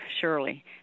surely